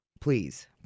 Please